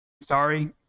sorry